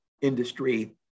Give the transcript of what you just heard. industry